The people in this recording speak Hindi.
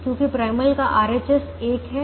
क्योंकि प्राइमल का RHS एक है